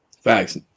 Facts